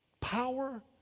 Power